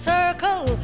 circle